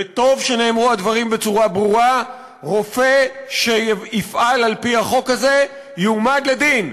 וטוב שנאמרו הדברים בצורה ברורה: רופא שיפעל על-פי החוק הזה יועמד לדין.